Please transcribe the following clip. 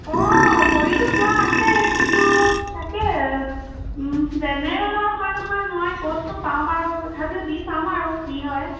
অ কৰিতো থোৱা আছে কিন্তু তাকে জেনেৰেলৰ হয় নহয় মই ক'তনো পাম আৰু তথাপিও দি চাম আৰু কি হয়